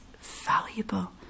valuable